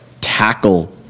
tackle